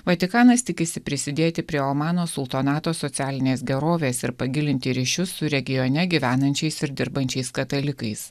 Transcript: vatikanas tikisi prisidėti prie omano sultonato socialinės gerovės ir pagilinti ryšius su regione gyvenančiais ir dirbančiais katalikais